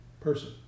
person